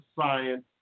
science